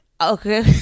Okay